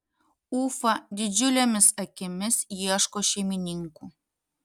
ufa didžiulėmis akimis ieško šeimininkų